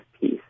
piece